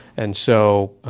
and so